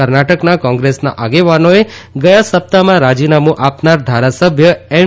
કર્ણાટકના કોંગ્રેસના આગેવાનોએ ગયા સપ્તાહમાં રાજીનામુ આ નાર ધારાસભ્ય એમ